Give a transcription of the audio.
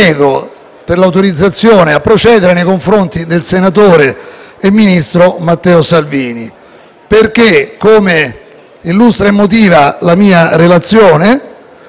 perché, come illustra e motiva la mia relazione, riteniamo che ci sia stato il perseguimento di un preminente interesse pubblico